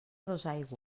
dosaigües